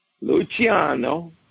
Luciano